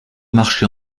marché